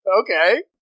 okay